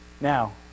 Now